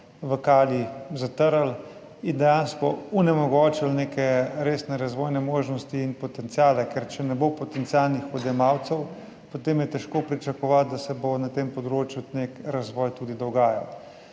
v kali in dejansko onemogočili neke resne razvojne možnosti in potenciale, ker če ne bo potencialnih odjemalcev, potem je težko pričakovati, da se bo na tem področju tudi dogajal